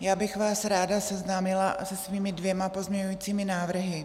já bych vás ráda seznámila se svými dvěma pozměňujícími návrhy.